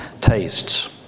tastes